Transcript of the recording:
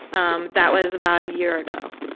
um that was about a year ago.